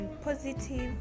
positive